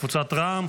קבוצת סיעת רע"מ,